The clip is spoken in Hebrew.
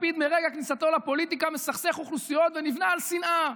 לפיד מרגע כניסתו לפוליטיקה מסכסך אוכלוסיות ונבנה על שנאה.